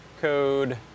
code